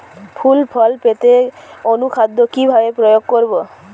ফুল ফল পেতে অনুখাদ্য কিভাবে প্রয়োগ করব?